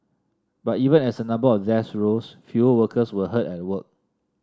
but even as the number of deaths rose fewer workers were hurt at work